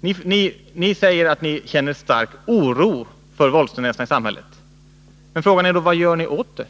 Ni säger att ni känner stark oro för våldstendenserna i samhället. Men frågan är då: Vad gör ni åt dem?